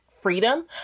Freedom